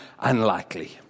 unlikely